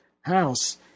house